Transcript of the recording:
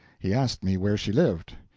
he asked me where she lived.